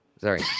Sorry